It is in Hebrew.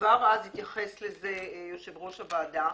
כבר אז התייחס לזה יושב-ראש הוועדה.